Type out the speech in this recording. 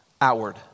outward